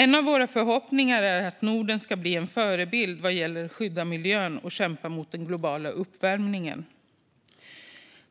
En av våra förhoppningar är att Norden ska bli en förebild vad gäller att skydda miljön och kämpa mot den globala uppvärmningen.